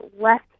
left